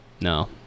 no